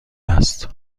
است